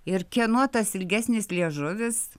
ir kieno tas ilgesnis liežuvis